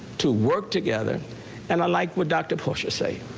to work together and i like what doctor push a safe.